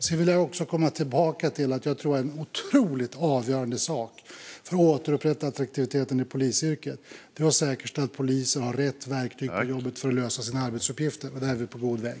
Jag vill också komma tillbaka till att jag tror att en otroligt avgörande sak för att återupprätta attraktiviteten i polisyrket är att säkerställa att polisen har rätt verktyg på jobbet för att lösa sina arbetsuppgifter. Där är vi på god väg.